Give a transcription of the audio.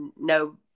no